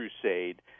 crusade